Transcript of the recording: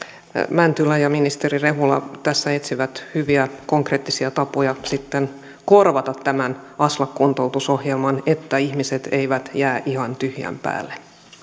mäntylä ja ministeri rehula tässä etsivät hyviä konkreettisia tapoja sitten korvata tämä aslak kuntoutusohjelma että ihmiset eivät jää ihan tyhjän päälle